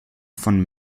von